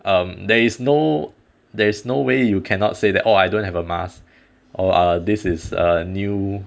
um there is no there is no way you cannot say that oh I don't have a mask or err this is a new